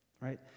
right